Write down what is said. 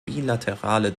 bilaterale